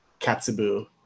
katsubu